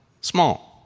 small